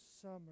summer